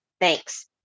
thanks